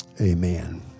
amen